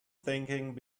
thinking